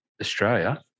Australia